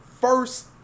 first